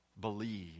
Believe